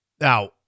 Now